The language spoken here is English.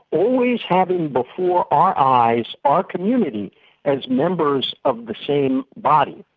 always having before our eyes our community as members of the same body.